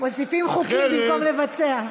מוסיפים חוקים במקום לבצע.